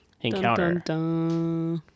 encounter